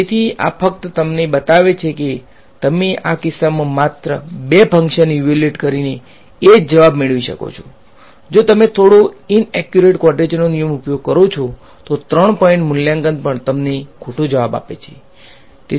તેથી આ ફક્ત તમને બતાવે છે કે તમે આ કિસ્સામાં માત્ર 2 ફંકશન ઈવેલ્યુએટ કરીને એજ જવાબ મેળવી શકો છો જો તમે થોડો ઈન એક્યુરેટ ક્વાડ્રેચર નિયમનો ઉપયોગ કરો છો તો 3 પોઈન્ટ મૂલ્યાંકન પણ તમને ખોટો જવાબ આપે છે